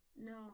No